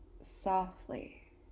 softly